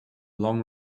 long